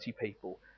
people